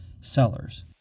sellers